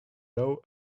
low